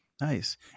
Nice